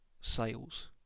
sales